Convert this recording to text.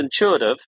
intuitive